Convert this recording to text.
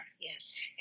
Yes